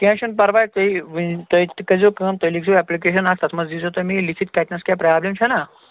کینٛہہ چھُنہٕ پرواے تُہۍ وٕنۍ تُہۍ تہِ کٔرۍزیو کٲم تُہۍ لیٖکھزیو اٮ۪پلِکیشَن اَکھ تَتھ منٛز دِیٖزیو تُہۍ مےٚ یہِ لیٖکھِتھ کَتہِ نَس کیٛاہ پرٛابلم چھَنا